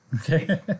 Okay